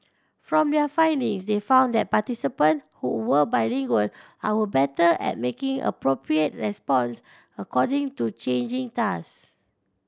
from their findings they found that participants who were bilingual are were better at making appropriate response according to changing task